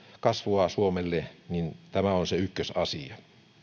kasvua suomelle niin tämä on se ykkösasia